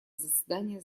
заседание